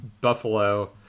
Buffalo